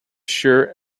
sure